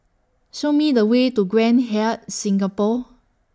Show Me The Way to Grand Hyatt Singapore